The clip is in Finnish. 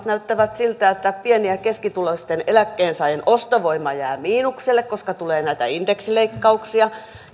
näyttävät siltä että pieni ja keskituloisten eläkkeensaajien ostovoima jää miinukselle koska tulee näitä indeksileikkauksia